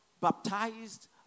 baptized